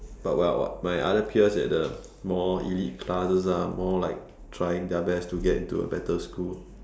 but my other peers at the more elite classes ah more like trying their best to get into a better school